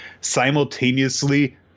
simultaneously